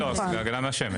הגנה מהשמש.